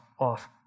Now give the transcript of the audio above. off